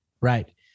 Right